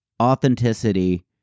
Authenticity